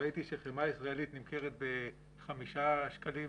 וראיתי שחמאה ישראלית נמכרת ב-5 שקלים